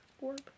orb